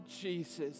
Jesus